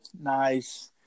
nice